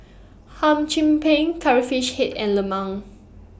Hum Chim Peng Curry Fish Head and Lemang